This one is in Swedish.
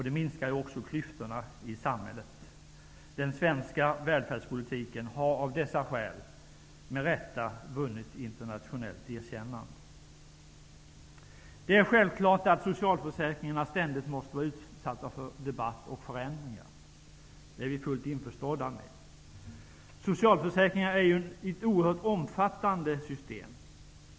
Det minskar också klyftorna i samhället. Den svenska välfärdspolitiken har av dessa skäl med rätta vunnit internationellt erkännande. Det är självklart att socialförsäkringarna ständigt måste vara utsatta för debatt och förändringar. Det är vi fullt införstådda med. Socialförsäkringarna är ett oerhört omfattande system.